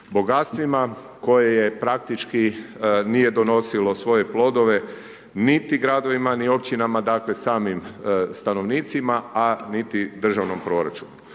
bogatstvima koje je praktički nije donosilo svoje plodove niti gradovima ni općinama dakle, samim stanovnicima, a niti Državnom proračunu.